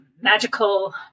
magical